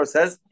says